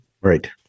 right